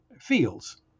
fields